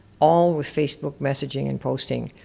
all with facebook messaging and posting.